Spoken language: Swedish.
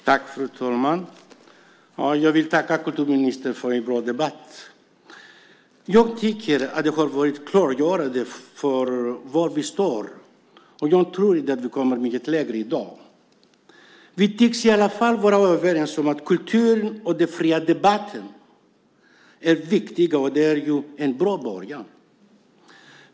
Fru talman! Jag vill tacka kulturministern för en bra debatt. Jag tycker att den har varit klargörande för var vi står, och jag tror inte att vi kommer mycket längre i dag. Vi tycks i alla fall vara överens om att kulturen och den fria debatten är viktiga, och det är ju en bra början.